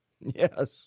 Yes